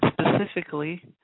specifically